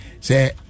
Say